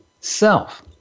self